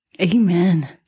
Amen